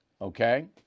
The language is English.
Okay